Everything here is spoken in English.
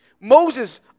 Moses